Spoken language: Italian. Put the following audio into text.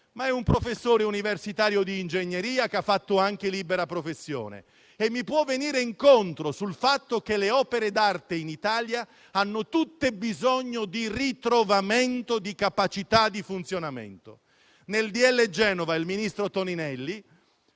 ma è un professore universitario di ingegneria che ha fatto anche libera professione e mi può venire incontro sul fatto che le opere d'arte in Italia hanno tutte bisogno di ritrovamento di capacità di funzionamento. Nel decreto-legge Genova il ministro Toninelli